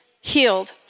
healed